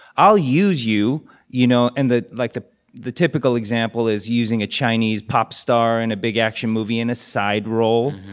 i'll use you you know, and the like, the the typical example is using a chinese pop star in a big action movie in a side role,